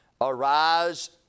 Arise